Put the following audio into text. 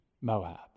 Moab